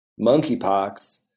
monkeypox